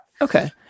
Okay